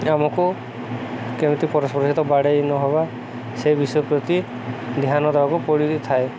ଆମକୁ କେମିତି ପରସ୍ପର ସହିତ ବାଡ଼େଇ ନ ହବା ସେ ବିଷୟ ପ୍ରତି ଧ୍ୟାନ ଦେବାକୁ ପଡ଼ିଥାଏ